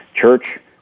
church